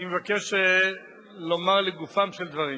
אני מבקש לומר לגופם של דברים: